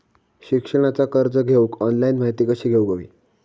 शिक्षणाचा कर्ज घेऊक ऑनलाइन माहिती कशी घेऊक हवी?